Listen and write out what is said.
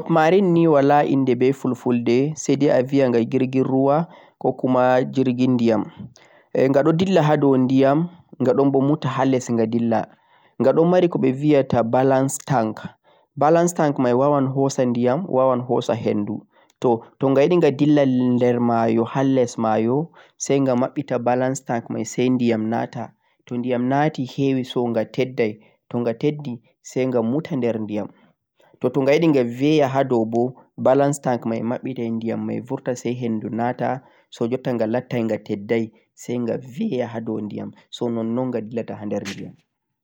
submarine nei wala inde be fulfulde sai dai a vie yangha girgin ruwa ko kuma girgin diyam ghadon dilla haa do diyam ghadon muta haa les gha dilla ghadon mari a vie yaata balance tank balance tank mei waawan hoosan diyam waawan hoosa henduu toh gam gha yidi gha dillan larmayoo haa les mayoo sai gha babbita balance tank sai diyam nataa toh diyam naati sai wisongha toiddai toh gha toddi sai gha muutan de diyam toh taa yidingha beyaa haa dooboh balance tank mei babbi den diyam mei burta sai henduu naata so jottan gha lanteggha toddai sai gha vie haa toh diyam so non-non gha dillata handeer diyam